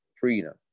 freedom